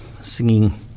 singing